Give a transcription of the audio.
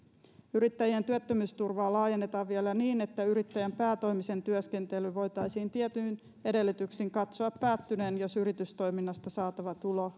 yrittäjien työttömyysturvaa laajennetaan vielä niin että yrittäjän päätoimisen työskentelyn voitaisiin tietyin edellytyksin katsoa päättyneen jos yritystoiminnasta saatava tulo